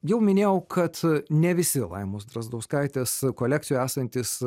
jau minėjau kad ne visi laimos drazdauskaitės kolekcijoj esantys